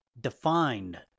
defined